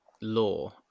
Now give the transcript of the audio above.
law